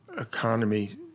economy